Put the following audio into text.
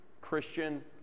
Christian